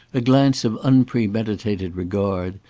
a glance of unpremeditated regard,